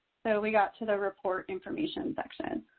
so we got to the report information section.